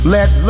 Let